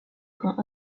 trains